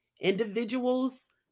individuals